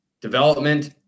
development